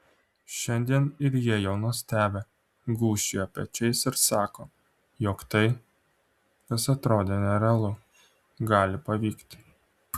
šiandien ir jie jau nustebę gūžčioja pečiais ir sako jog tai kas atrodė nerealu gali pavykti